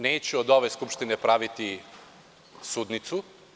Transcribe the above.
Neću od ove Skupštine praviti sudnicu.